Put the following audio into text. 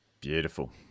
Beautiful